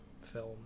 film